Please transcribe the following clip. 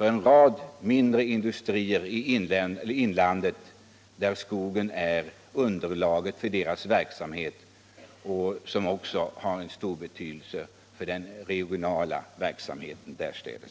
över en rad mindre industrier som också har skogen som underlag för sin verksamhet och som även de har stor betydelse för den region de verkar i.